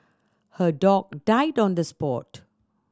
her dog died on the spot